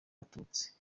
abatutsi